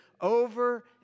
over